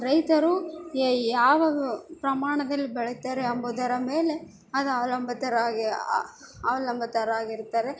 ರೈತರು ಏ ಯಾವಾಗ ಪ್ರಮಾಣದಲ್ಲಿ ಬೆಳೀತಾರೆ ಅಂಬುದರ ಮೇಲೆ ಅದು ಅವಲಂಬಿತರಾಗಿ ಅವಲಂಬಿತರಾಗಿರ್ತಾರೆ